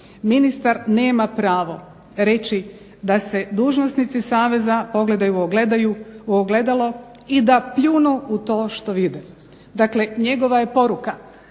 Ministar nema pravo reći da se dužnosnici saveza pogledaju u ogledalo i da pljune u to što vide. Dakle, njegova je poruka,